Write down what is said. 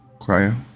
cryo